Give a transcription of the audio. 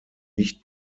nicht